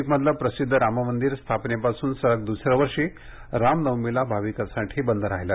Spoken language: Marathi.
नाशिकमधलं प्रसिद्ध राममंदिर स्थापनेपासून सलग द्सऱ्या वर्षी रामनवमीला भाविकांसाठी बंद राहिलं